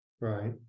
Right